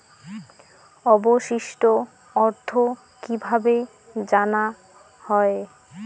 অবশিষ্ট অর্থ কিভাবে জানা হয়?